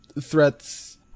threats